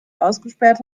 ausgesperrt